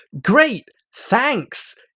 great! thanks!